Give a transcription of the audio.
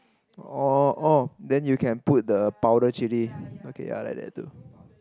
orh orh then you can put the powder chilli okay I like that too